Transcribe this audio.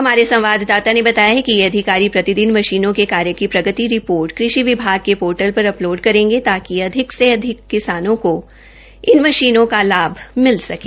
हमारे संवाददाता ने बताया कि यह अधिकारी प्रतिदिन मशीनों के कार्य की प्रगति रिपोर्ट कृषि विभाग के पोर्टल् पर अपलोड करेंगे ताकि अधिक से अधिक किसानों को इन मशीनों का लाभ मिल सकें